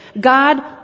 God